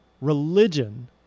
Religion